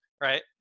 right